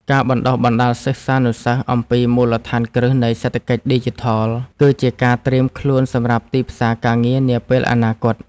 ការបណ្តុះបណ្តាលសិស្សានុសិស្សអំពីមូលដ្ឋានគ្រឹះនៃសេដ្ឋកិច្ចឌីជីថលគឺជាការត្រៀមខ្លួនសម្រាប់ទីផ្សារការងារនាពេលអនាគត។